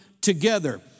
together